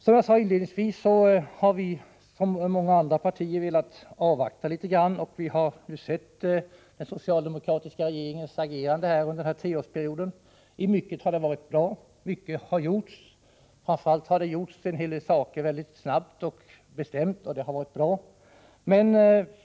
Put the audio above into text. Som jag sade inledningsvis har vi som många andra partier velat avvakta litet, och vi har nu sett den socialdemokratiska regeringens agerande under den här treårsperioden. I mycket har det varit bra; mycket har gjorts. Framför allt har det gjorts en hel del mycket snabbt och bestämt, och det har varit bra.